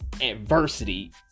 adversity